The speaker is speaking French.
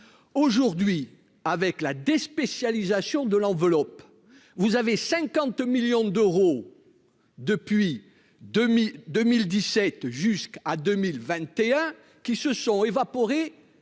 aujourd'hui avec la des spécialisation de l'enveloppe, vous avez 50 millions d'euros depuis 2000 2017 jusqu'à 2021, qui se sont évaporés